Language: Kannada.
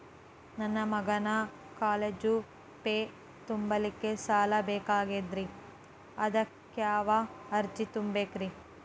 ನನ್ನ ಮಗನ ಕಾಲೇಜು ಫೇ ತುಂಬಲಿಕ್ಕೆ ಸಾಲ ಬೇಕಾಗೆದ್ರಿ ಅದಕ್ಯಾವ ಅರ್ಜಿ ತುಂಬೇಕ್ರಿ?